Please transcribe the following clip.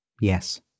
Yes